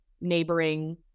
neighboring